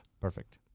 Perfect